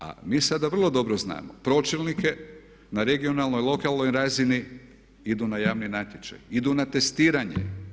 A mi sada vrlo dobro znamo pročelnike na regionalnoj, lokalnoj razini idu na javni natječaj, idu na testiranje.